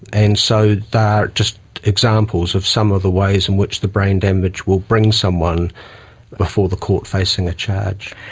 and so they are just examples of some of the ways in which the brain damage will bring someone before the court facing a charge.